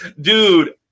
Dude